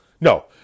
no